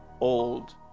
old